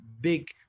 big